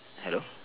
hello